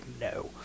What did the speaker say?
no